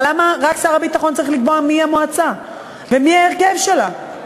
אבל למה רק שר הביטחון צריך לקבוע מי המועצה ומי ההרכב שלה?